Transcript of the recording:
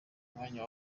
mwanya